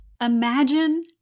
Imagine